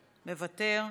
מוותר.